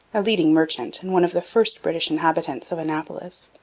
a leading merchant and one of the first british inhabitants of annapolis,